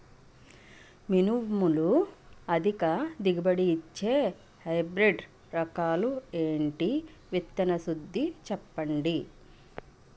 మినుములు అధిక దిగుబడి ఇచ్చే హైబ్రిడ్ రకాలు ఏంటి? విత్తన శుద్ధి చెప్పండి?